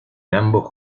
ambos